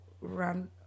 run